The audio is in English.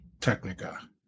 Technica